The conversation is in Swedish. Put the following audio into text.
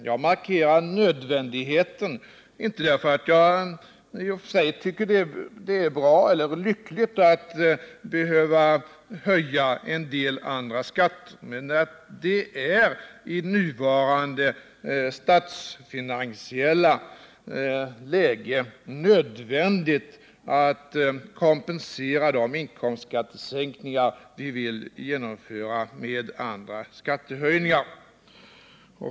Jag markerar denna nödvändighet inte därför att jag i och för sig tycker att det är lyckligt att behöva höja en del andra skatter utan därför att det i nuvarande statsfinansiella läge är nödvändigt att med andra skattehöjningar kompensera de inkomstskattesänkningar som vi vill genomföra.